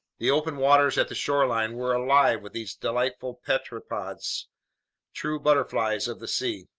the open waters at the shoreline were alive with these delightful pteropods, true butterflies of the sea.